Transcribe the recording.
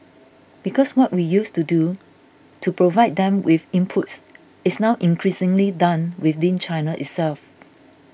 because what we used to do to provide them with inputs is now increasingly done within China itself